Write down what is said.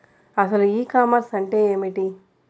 అసలు ఈ కామర్స్ అంటే ఏమిటి?